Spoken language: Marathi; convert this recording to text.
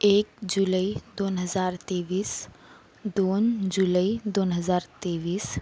एक जुलै दोन हजार तेवीस दोन जुलै दोन हजार तेवीस